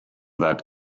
that